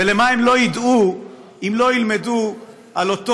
ומה הם לא ידעו אם הם לא ילמדו על אותו